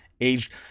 aged